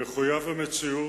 מחויב המציאות,